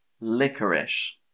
Licorice